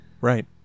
Right